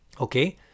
Okay